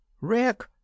Rick